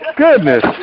goodness